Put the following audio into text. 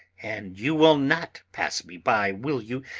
and you will not pass me by, will you,